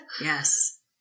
Yes